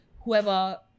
whoever